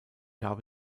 habe